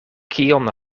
kion